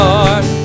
Lord